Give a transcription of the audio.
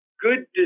Good